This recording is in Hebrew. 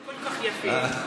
כל כך יפה.